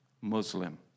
Muslim